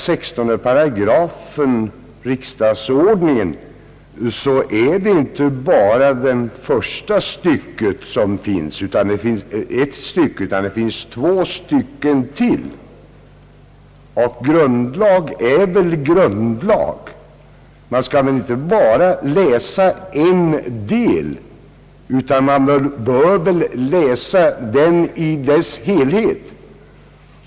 16 § riksdagsordningen innehåller inte bara det här första stycket, utan det finns två stycken till, och grundlag är väl grundlag. Man skall inte bara läsa en del utan man bör väl läsa paragrafen i dess helhet.